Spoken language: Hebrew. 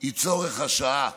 הוא צורך השעה.